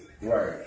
Right